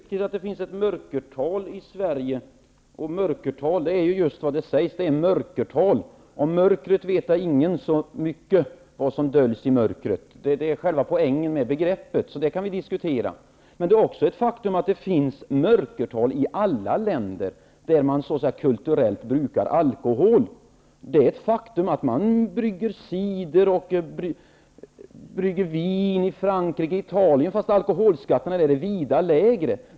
Fru talman! Det är riktigt att det finns ett mörkertal i Sverige. Att det är ett mörkertal betyder ju precis att det är fråga om ett mörker, och ingen vet ju så mycket om vad som döljs i mörkret. Detta är själva poängen med begreppet, och det kan vi diskutera. Det är också ett faktum att det finns mörkertal i alla länder där man så att säga kulturellt brukar alkohol. Det är ett faktum att man brygger cider och vin i Frankrike och Italien, fast alkoholskatten där är vida lägre än här.